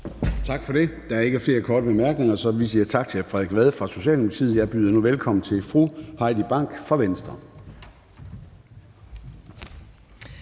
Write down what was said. Tak for det. Der er ikke flere korte bemærkninger, så vi siger tak til hr. Frederik Vad fra Socialdemokratiet. Jeg byder nu velkommen til fru Heidi Bank fra Venstre.